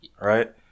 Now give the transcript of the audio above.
Right